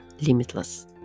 limitless